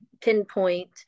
pinpoint